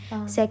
ah